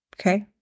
Okay